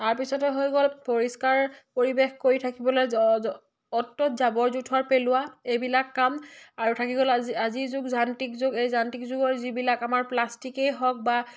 তাৰপিছতে হৈ গ'ল পৰিষ্কাৰ পৰিৱেশ কৰি থাকিবলৈ অ'ত ত'ত জাবৰ জোঁথৰ পেলোৱা এইবিলাক কাম আৰু থাকি গ'ল আজি আজিৰ যুগ যান্ত্ৰিক যুগ এই যান্ত্ৰিক যুগৰ যিবিলাক আমাৰ প্লাষ্টিকেই হওক বা